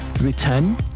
return